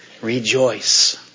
Rejoice